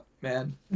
man